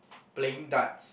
playing darts